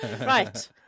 Right